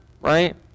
right